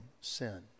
sin